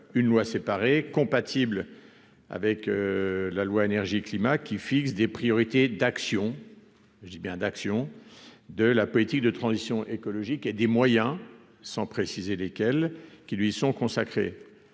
une loi séparée compatible avec la loi énergie-climat qui fixe des priorités d'action, je dis bien d'action de la politique de transition écologique et des moyens, sans préciser lesquelles, qui lui sont consacrés,